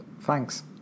thanks